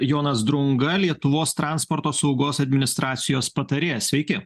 jonas drunga lietuvos transporto saugos administracijos patarėjas sveiki